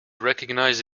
recognised